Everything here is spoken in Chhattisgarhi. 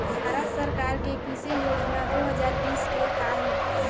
भारत सरकार के कृषि योजनाएं दो हजार बीस के का हे?